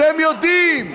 אתם יודעים.